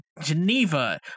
Geneva